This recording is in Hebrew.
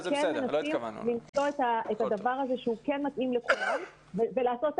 זה שאנחנו כן מנסים למצוא את הדבר הזה שהוא כן מתאים לכולם ולעשות את